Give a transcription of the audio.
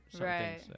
right